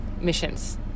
missions